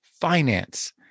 finance